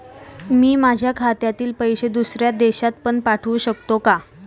मी माझ्या खात्यातील पैसे दुसऱ्या देशात पण पाठवू शकतो का?